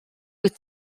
wyt